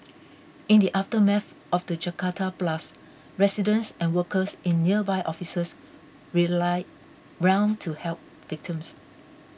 in the aftermath of the Jakarta blasts residents and workers in nearby offices rallied round to help victims